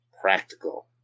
Practical